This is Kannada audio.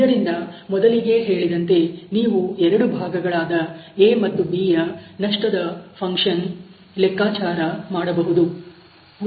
ಇದರಿಂದ ಮೊದಲಿಗೆ ಹೇಳಿದಂತೆ ನೀವು ಎರಡು ಭಾಗಗಳಾದ A ಮತ್ತು B ಯ ನಷ್ಟದ ಫನ್ಕ್ಷನ್ ಲೆಕ್ಕಾಚಾರ ಮಾಡಬಹುದು